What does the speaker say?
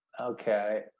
Okay